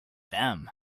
them